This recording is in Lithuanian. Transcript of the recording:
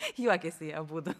juokiasi jie abudu